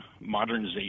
modernization